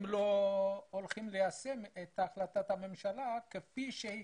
הם לא הולכים ליישם את החלטת הממשלה כפי שהיא